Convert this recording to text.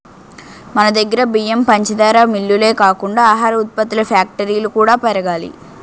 మనదగ్గర బియ్యం, పంచదార మిల్లులే కాకుండా ఆహార ఉత్పత్తుల ఫ్యాక్టరీలు కూడా పెరగాలి